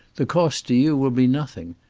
the cost to you will be nothing.